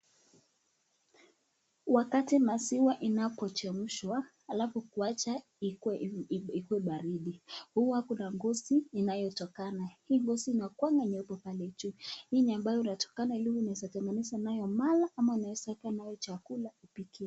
Wakati maziwa inapochemshwa alafu inawachwa ikue baridi, huwa kuna ngozi inayotokana, hii ngozi inakuanga nyeupe, hii inayotokana unaweza tengeneza nayo mala ama unaweza eka nayo chakula upikie.